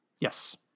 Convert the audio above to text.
Yes